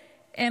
הן,